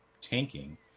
tanking